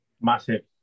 Massive